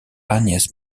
agnes